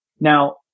Now